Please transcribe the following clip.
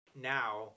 now